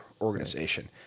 organization